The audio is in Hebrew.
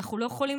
אנחנו לא יכולים,